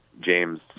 James